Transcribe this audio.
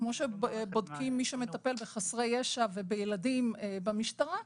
כמו שבודקים מי שמטפל בחסרי ישע ובילדים במשטרה,